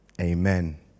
Amen